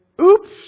oops